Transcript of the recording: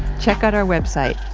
check out our website,